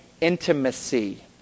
intimacy